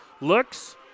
looks